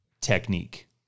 technique